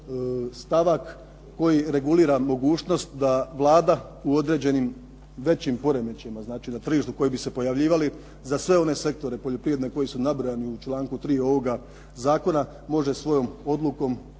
stavak koji regulira mogućnost da Vlada u određenim većim poremećajima, znači na tržištu koji bi se pojavljivali za sve one sektore poljoprivredne koji su nabrojani u članku 3. ovoga zakona, može svojom odlukom